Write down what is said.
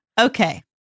Okay